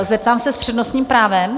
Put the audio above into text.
Zeptám se: s přednostním právem?